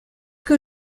que